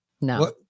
No